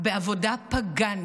בעבודה פגאנית,